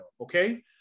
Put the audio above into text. Okay